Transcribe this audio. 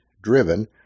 driven